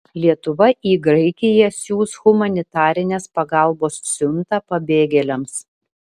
lietuva į graikiją siųs humanitarinės pagalbos siuntą pabėgėliams